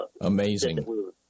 Amazing